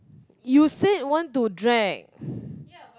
you said want to drag